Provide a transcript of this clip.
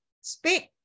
speak